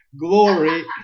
glory